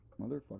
motherfucker